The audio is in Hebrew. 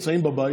היו נמצאים בבית,